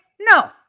No